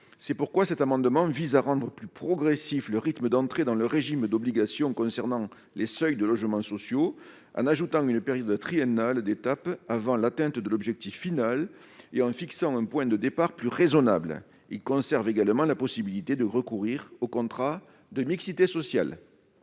C'est pourquoi cet amendement vise à rendre plus progressif le rythme d'entrée dans le régime d'obligation concernant les seuils de logements sociaux, en ajoutant une période triennale d'étape avant l'atteinte de l'objectif final et en fixant un point de départ plus raisonnable. Il est également proposé de conserver la possibilité de recourir aux contrats de mixité sociale.